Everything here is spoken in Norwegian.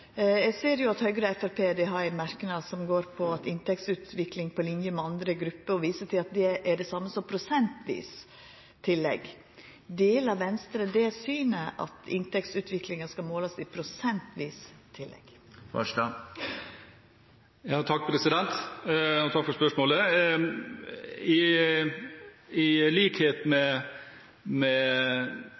Eg ser at Høgre og Framstegspartiet har ein merknad som handlar om inntektsutvikling på linje med andre grupper, og viser til at det er det same som prosentvis tillegg. Deler Venstre det synet at inntektsutviklinga skal målast i prosentvis tillegg? Takk for spørsmålet. I likhet med Arbeiderpartiet er vi ikke med